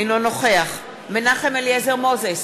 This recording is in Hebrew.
אינו נוכח מנחם אליעזר מוזס,